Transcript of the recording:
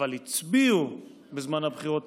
אבל הצביעו בזמן הבחירות,